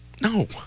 No